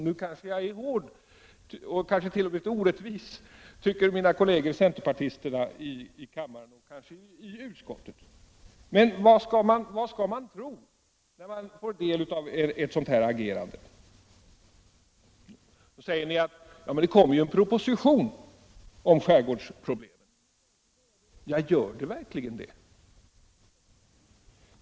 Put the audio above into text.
Nu kanske jag är hård —t.o.m. orättvis, tycker måhända mina vänner centerpartisterna i kammaren och i utskottet — men vad skall man tro när man får del av ett sådant agerande? Ni säger kanske: Men det kommer ju en proposition om skärgårdsproblemen! Ja, men gör det verkligen det?